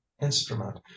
instrument